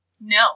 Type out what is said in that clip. No